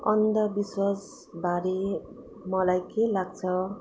अन्ध विश्वास बारे मलाई के लाग्छ